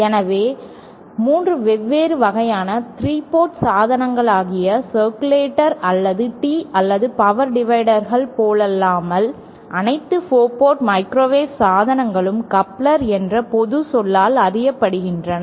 எனவே 3 வெவ்வேறு வகையான 3 போர்ட் சாதனங்களாகிய சர்க்குலெட்டர் அல்லது Tees அல்லது பவர் டிவைடர்கள் போலல்லாமல் அனைத்து 4 போர்ட் மைக்ரோவேவ் சாதனங்களும் கப்ளர்கள் என்ற பொது சொல்லால் அறியப்படுகின்றன